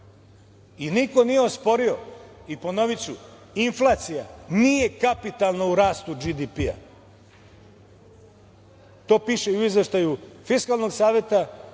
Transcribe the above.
i niko nije osporio. Ponoviću, inflacija nije kapitalna u rastu BDP-a. To piše i u izveštaju Fiskalnog saveta,